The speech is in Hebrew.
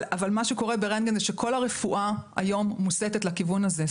אבל מה שקורה ברנטגן זה שכל הרפואה היום מוסטת לכיוון הזה.